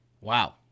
Wow